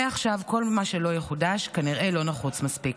מעכשיו כל מה שלא יחודש, כנראה לא נחוץ מספיק.